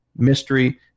mystery